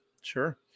Sure